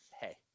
Hey